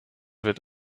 wird